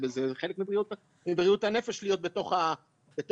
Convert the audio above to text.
זה חלק מבריאות הנפש להיות בתוך הקהילה,